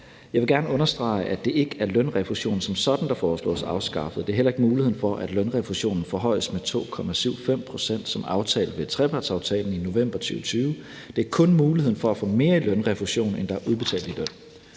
Jeg vil gerne understrege, at det ikke er lønrefusion som sådan, der foreslås afskaffet. Det er heller ikke muligheden for, at lønrefusionen forhøjes med 2,75 pct. som aftalt ved trepartsaftalen i november 2020. Det er kun muligheden for at få mere i lønrefusion, end der er udbetalt i løn.